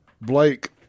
Blake